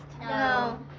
No